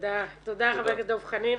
תודה רבה לדב חנין.